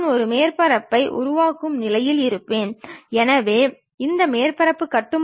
நாம் பார்க்கப் போகும் இந்த திசையை நோக்கி முன்புற தோற்றம் உள்ளது